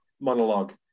monologue